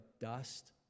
dust